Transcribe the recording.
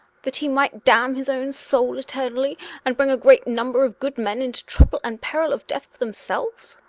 that he might damn his own soul eternally and bring a great number of good men into trouble and peril of death for themselves.